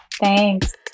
Thanks